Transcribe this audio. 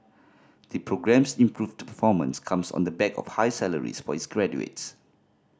the programme's improved performance comes on the back of higher salaries for its graduates